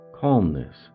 Calmness